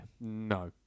No